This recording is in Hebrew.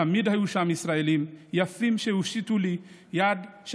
תמיד היו שם ישראלים יפים שהושיטו לי יד,